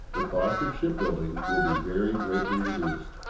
the cost of shipbuilding will be very greatly reduced.